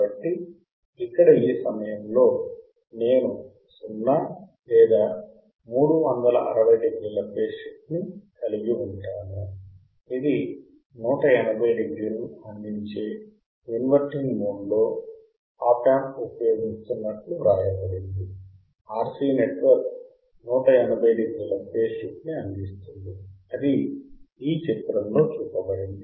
కాబట్టి ఇక్కడ ఈ సమయంలో నేను 0 లేదా 360 డిగ్రీల ఫేజ్ షిఫ్ట్ ని కలిగి ఉంటాను ఇది 180 డిగ్రీలను అందించే ఇన్వర్టింగ్ మోడ్లో ఆప్ యాంప్ ఉపయోగిస్తున్నట్లు వ్రాయబడింది RC నెట్వర్క్ 180 డిగ్రీల ఫేజ్ షిఫ్ట్ ని అందిస్తుంది అది ఈ చిత్రంలో చూపబడింది